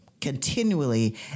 continually